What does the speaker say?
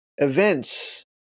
events